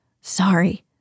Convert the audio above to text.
Sorry